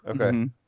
Okay